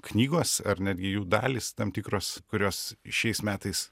knygos ar netgi jų dalys tam tikros kurios šiais metais